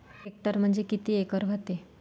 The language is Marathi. हेक्टर म्हणजे किती एकर व्हते?